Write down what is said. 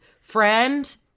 friend